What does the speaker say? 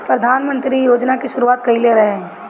प्रधानमंत्री इ योजना के शुरुआत कईले रलें